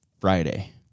Friday